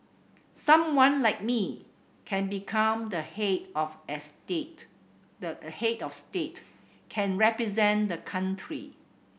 someone like me can become the head of the head of state can represent the country